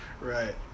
Right